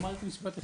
רק אמרתי משפט אחד.